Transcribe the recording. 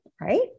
Right